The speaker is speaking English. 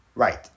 Right